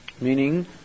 Meaning